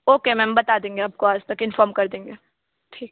okay ma'am बता देंगे आपको आज तक इनफ़ौम कर देंगे ठीक